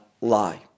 lie